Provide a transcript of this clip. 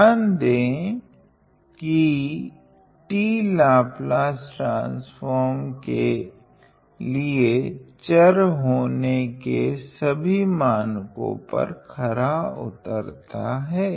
ध्यान दे कि t लाप्लास ट्रान्स्फ़ोर्म के लिए चर होने के सभी मनको पर खरा उतरता हैं